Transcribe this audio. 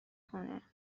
کنه